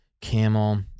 camel